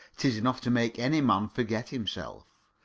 tis enough to make any man forget himself.